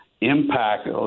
impact